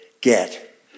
get